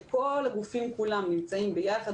שכל הגופים כולם נמצאים ביחד,